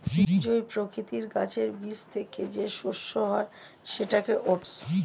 জই প্রকৃতির গাছের বীজ থেকে যে শস্য হয় সেটাকে ওটস